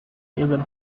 given